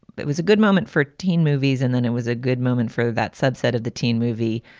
but it was a good moment for teen movies and then it was a good moment for that subset of the teen movie.